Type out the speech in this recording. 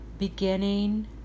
Beginning